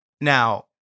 Now